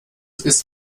ist